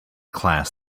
class